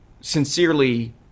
sincerely